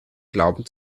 glauben